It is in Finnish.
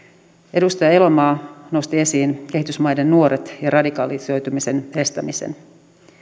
edustaja elomaa nosti esiin kehitysmaiden nuoret ja radikalisoitumisen estämisen